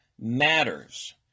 matters